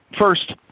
First